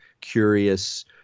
curious